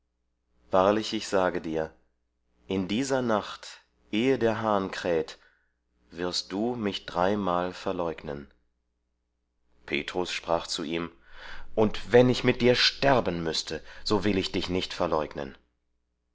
wahrlich ich sage dir in dieser nacht ehe der hahn kräht wirst du mich dreimal verleugnen petrus sprach zu ihm und wenn ich mit dir sterben müßte so will ich dich nicht verleugnen